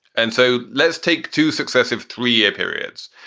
and so let's take two successive three year periods.